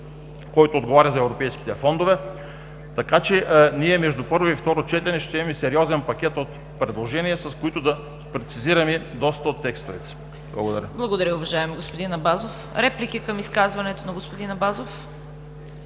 който отговаря за европейските фондове, така че ние между първо и второ четене ще имаме сериозен пакет от предложения, с които да прецизираме доста от текстовете. Благодаря. ПРЕДСЕДАТЕЛ ЦВЕТА КАРАЯНЧЕВА: Благодаря, уважаеми господин Абазов. Реплики към изказването на господин Абазов?